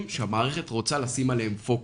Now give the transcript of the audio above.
בדברים שהמערכת רוצה לשים עליהם פוקוס,